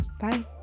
Bye